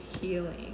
healing